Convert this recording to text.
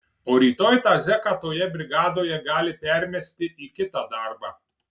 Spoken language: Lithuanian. o rytoj tą zeką toje brigadoje gali permesti į kitą darbą